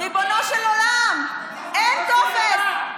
ריבונו של עולם, אין טופס.